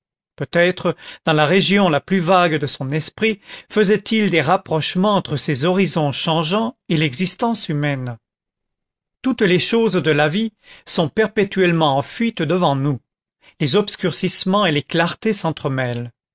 peut-être dans la région la plus vague de son esprit faisait-il des rapprochements entre ces horizons changeants et l'existence humaine toutes les choses de la vie sont perpétuellement en fuite devant nous les obscurcissements et les clartés s'entremêlent